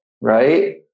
right